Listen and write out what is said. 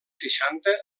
seixanta